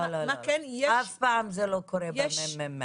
זה לא קורה אף פעם בממ"מ.